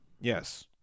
Yes